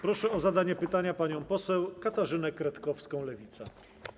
Proszę o zadanie pytania panią poseł Katarzynę Kretkowską, Lewica.